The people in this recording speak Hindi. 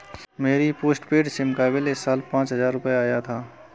मेरे पॉस्टपेड सिम का बिल इस बार पाँच हजार रुपए आया था